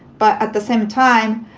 but at the same time,